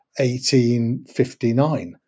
1859